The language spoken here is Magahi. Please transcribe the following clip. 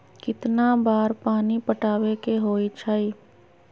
कितना बार पानी पटावे के होई छाई?